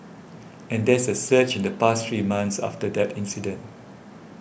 and there's a surge in the past three months after that incident